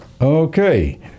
Okay